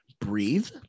breathe